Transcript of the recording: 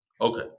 Okay